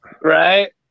Right